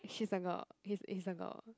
she's like a he's he's like a